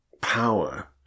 power